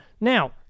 Now